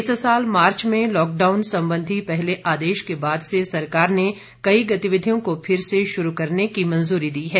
इस साल मार्च में लॉकडाउन सम्बंधी पहले आदेश के बाद से सरकार ने कई गतिविधियों को फिर से शुरू करने की इजाजत दी है